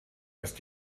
ist